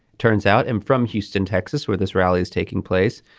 turns out i'm from houston texas where this rally is taking place.